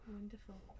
Wonderful